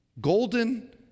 golden